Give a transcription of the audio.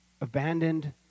abandoned